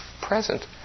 present